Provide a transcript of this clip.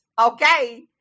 okay